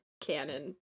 canon